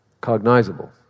cognizable